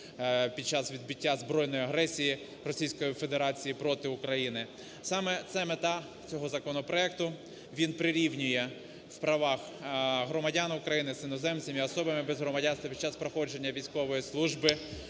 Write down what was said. під час відбиття збройної агресії Російської Федерації проти України. Саме це мета цього законопроекту, він прирівнює в правах громадян України з іноземцями, особами без громадянства під час проходження військової служби.